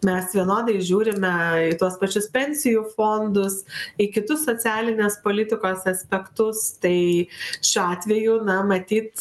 mes vienodai žiūrime į tuos pačius pensijų fondus į kitus socialinės politikos aspektus tai šiuo atveju na matyt